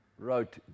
wrote